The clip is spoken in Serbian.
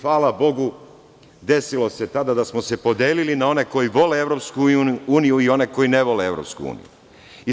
Hvala Bogu, desilo se tada da smo se podelili na one koji vole Evropsku uniju i one koji ne vole Evropsku uniju.